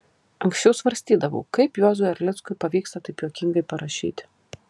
anksčiau svarstydavau kaip juozui erlickui pavyksta taip juokingai parašyti